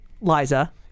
Liza